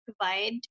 provide